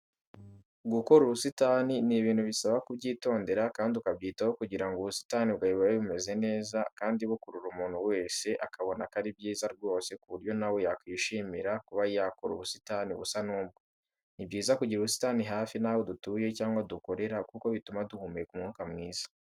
Gukora ubusitani ni ibintu bisaba ku byitondera kandi ukabyitaho kugira ngo ubusitani bwawe bube bumeze neza, kandi bukurura umuntu wese akabona ko ari byiza rwose ku buryo nawe yakwishimira kuba yakora ubusitani busa n'ubwo. Ni byiza kugira ubusitani hafi naho dutuye cyangwa dukorera kuko bituma duhumeka umwuka mwiza.